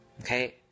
Okay